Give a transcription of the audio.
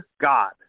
God